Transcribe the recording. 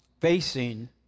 facing